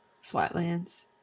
flatlands